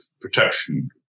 protection